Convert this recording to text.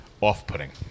off-putting